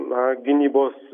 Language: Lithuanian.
na gynybos